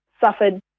suffered